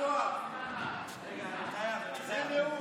זה נאום.